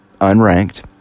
unranked